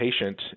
patient